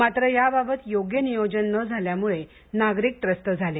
मात्र याबाबत योग्य नियोजन न झाल्यामुळे नागरिक त्रस्त झाले